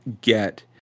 get